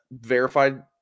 verified